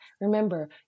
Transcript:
Remember